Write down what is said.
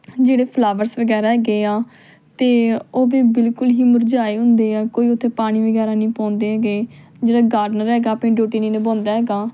ਜਿਹੜੇ ਫਲਾਵਰਸ ਵਗੈਰਾ ਹੈਗੇ ਆ ਤੇ ਉਹ ਵੀ ਬਿਲਕੁਲ ਹੀ ਮੁਰਝਾਏ ਹੁੰਦੇ ਆ ਕੋਈ ਉੱਥੇ ਪਾਣੀ ਵਗੈਰਾ ਨਹੀਂ ਪਾਉਂਦੇ ਹੈਗੇ ਜਿਹੜਾ ਗਾਰਡਨਰ ਹੈਗਾ ਆਪਣੀ ਡਿਊਟੀ ਨਹੀਂ ਨਿਭਾਉਂਦਾ ਹੈਗਾ